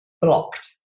blocked